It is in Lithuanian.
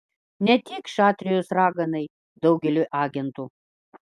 ne tik šatrijos raganai daugeliui agentų